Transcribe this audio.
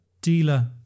dealer